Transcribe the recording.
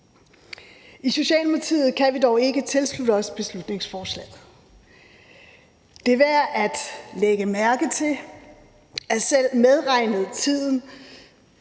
I Socialdemokratiet kan vi dog ikke tilslutte os beslutningsforslaget. Det er værd at lægge mærke til, at selv medregnet tiden